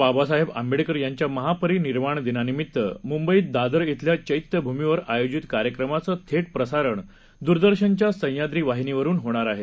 बाबासाहेब आंबेडकर यांच्या महापरिनिर्वाण दिनानिमित्त मुंबईत दादर खिल्या चैत्यभूमीवर आयोजित कार्यक्रमाच थेट प्रसारण दूरदर्शनच्या सह्याप्री वाहिनीवरुन होणार आहे